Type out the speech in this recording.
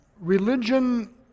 Religion